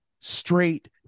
straight